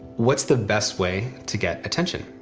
what's the best way to get attention?